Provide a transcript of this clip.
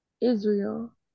Israel